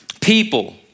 people